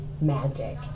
magic